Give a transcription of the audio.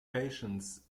patience